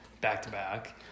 back-to-back